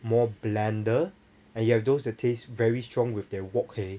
more blander and you have those that taste very strong with their wok hei